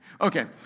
Okay